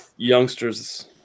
Youngsters